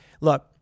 Look